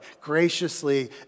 graciously